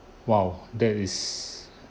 !whoa! that is